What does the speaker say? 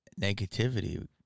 negativity